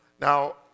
Now